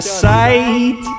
sight